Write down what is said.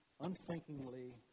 unthinkingly